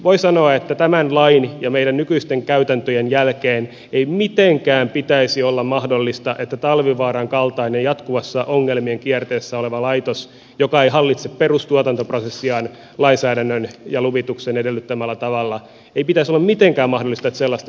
voi sanoa että tämän lain ja meidän nykyisten käytäntöjen jälkeen ei mitenkään pitäisi olla mahdollista että talvivaaran kaltaista jatkuvassa ongelmien kierteessä olevaa laitosta joka ei hallitse perustuotantoprosessiaan lainsäädännön ja luvituksen edellyttämällä tavalla voisi perustaa